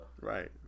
Right